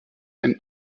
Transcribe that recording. ein